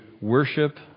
worship